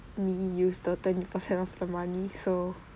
me use the twenty percent of the money so